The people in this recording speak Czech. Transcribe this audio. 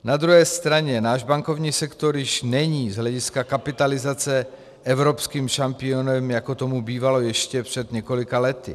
Na druhé straně náš bankovní sektor již není z hlediska kapitalizace evropským šampionem, jako tomu bývalo ještě před několika lety.